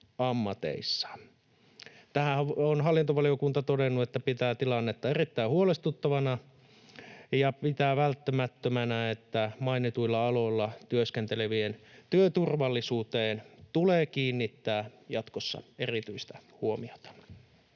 Tähän on hallintovaliokunta todennut, että pitää tilannetta erittäin huolestuttavana ja pitää välttämättömänä, että mainituilla aloilla työskentelevien työturvallisuuteen tulee kiinnittää jatkossa erityistä huomiota.